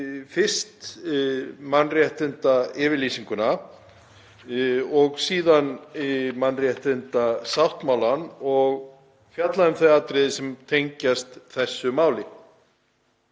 gegnum mannréttindayfirlýsinguna og síðan mannréttindasáttmálann og fjalla um þau atriði sem tengjast þessu máli.